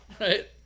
right